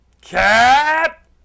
Cat